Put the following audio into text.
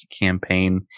campaign